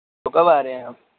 تو کب آ رہے ہیں آپ